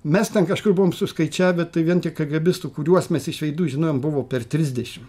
mes ten kažkur buvom suskaičiavę tai vien tik kėgėbistų kuriuos mes iš veidų žinojom buvo per trisdešim